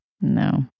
No